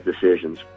decisions